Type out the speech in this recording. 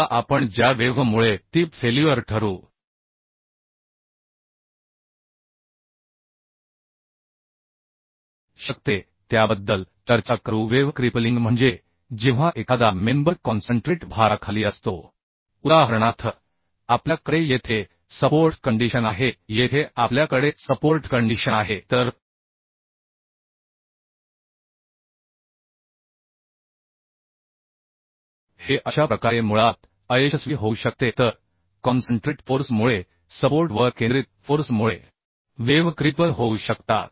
आता आपण ज्या वेव्ह मुळे ती फेल्युअर ठरू शकते त्याबद्दल चर्चा करू वेव्ह क्रिपलिंग म्हणजे जेव्हा एखादा मेंबर कॉन्सन्ट्रेट भाराखाली असतो उदाहरणार्थ आपल्या कडे येथे सपोर्ट कंडिशन आहे येथे आपल्या कडे सपोर्ट कंडिशन आहे तर हे अशा प्रकारे मूळात अयशस्वी होऊ शकते तर कॉन्सन्ट्रेट फोर्स मुळे सपोर्ट वर केंद्रित फोर्स मुळे वेव्ह क्रिपल होऊ शकतात